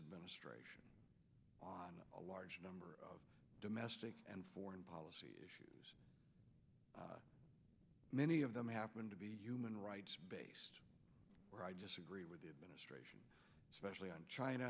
this ministration a large number of domestic and foreign policy issues many of them happen to be human rights based where i just agree with the administration especially on china